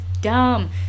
dumb